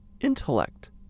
intellect